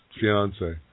fiance